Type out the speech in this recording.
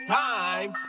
time